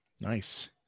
Nice